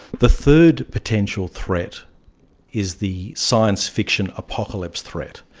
the third potential threat is the science-fiction apocalypse threat.